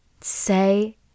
Say